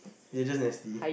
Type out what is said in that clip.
you're just nasty